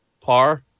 par